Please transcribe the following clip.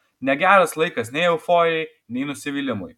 negeras laikas nei euforijai nei nusivylimui